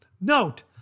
Note